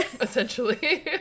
essentially